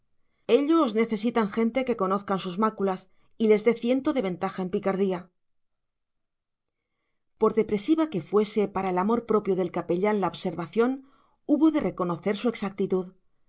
ellos necesitan gente que conozca sus máculas y les dé ciento de ventaja en picardía por depresiva que fuese para el amor propio del capellán la observación hubo de reconocer su exactitud